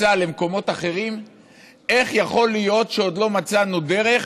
מקצה למקומות אחרים איך יכול להיות שעוד לא מצאנו דרך,